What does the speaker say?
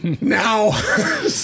Now